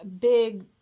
big